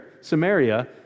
Samaria